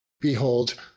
Behold